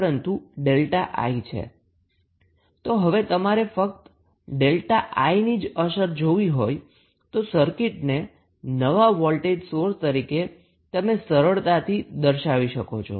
તો હવે તમારે જો ફક્ત 𝛥𝐼 ની જ અસર જોવી હોય તો સર્કિટને નવા વોલ્ટેજ સોર્સ તરીકે તમે સરળતાથી દર્શાવી શકો છો